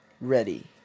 Ready